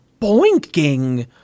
boinking